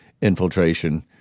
infiltration